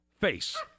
face